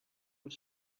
were